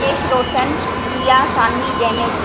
Mukesh Roshan Tiya Saanvi Jainesh